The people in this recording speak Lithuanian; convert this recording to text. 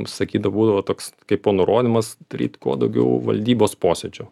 sakydavo būdavo toks kaipo nurodymas daryt kuo daugiau valdybos posėdžio